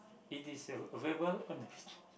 it is a available on the beach